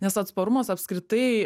nes atsparumas apskritai